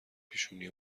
پیشونی